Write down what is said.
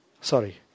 Sorry